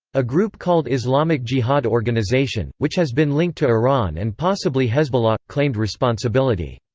a group called islamic jihad organization, which has been linked to iran and possibly hezbollah, claimed responsibility.